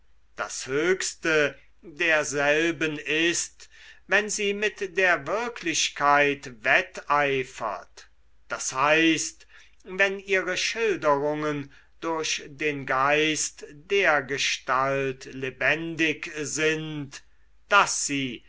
das höchste derselben ist wenn sie mit der wirklichkeit wetteifert d h wenn ihre schilderungen durch den geist dergestalt lebendig sind daß sie